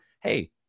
hey